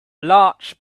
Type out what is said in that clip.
large